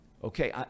Okay